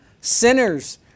sinners